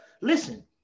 listen